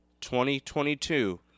2022